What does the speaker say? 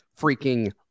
freaking